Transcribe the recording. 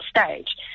stage